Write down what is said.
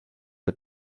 par